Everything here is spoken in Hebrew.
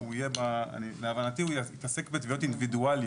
להבנתי הוא התעסק בתביעות אינדיבידואליות,